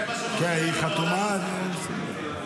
כן, היא חתומה על זה.